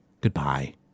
Goodbye